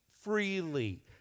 freely